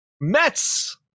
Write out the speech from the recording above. Mets